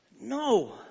No